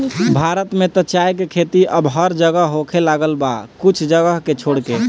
भारत में त चाय के खेती अब हर जगह होखे लागल बा कुछ जगह के छोड़ के